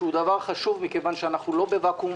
שהוא דבר חשוב מכיוון שאנחנו לא בוואקום,